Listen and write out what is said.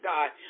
God